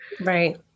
Right